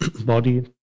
body